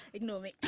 ignore me